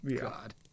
God